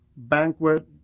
banquet